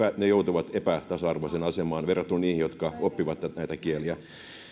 he joutuvat epätasa arvoiseen asemaan verrattuna niihin jotka oppivat näitä kieliä